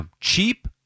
cheap